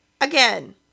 again